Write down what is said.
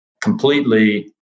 completely